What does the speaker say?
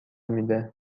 میده